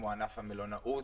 כמו ענף החקלאות,